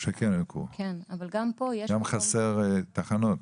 וגם במקרה שלהן חסרות תחנות.